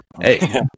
Hey